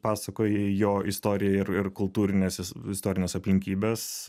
pasakoji jo istoriją ir ir kultūrines istorines aplinkybes